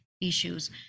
issues